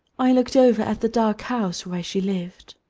i looked over at the dark house where she lived.